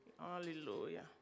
Hallelujah